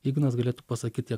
ignas galėtų pasakyt jie